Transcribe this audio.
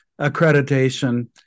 accreditation